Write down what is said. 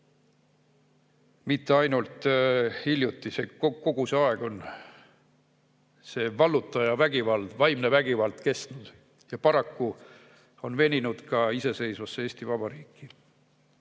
mitte ainult hiljuti. Kogu see aeg on vallutaja vägivald, vaimne vägivald kestnud ja paraku on see veninud ka iseseisvasse Eesti Vabariiki.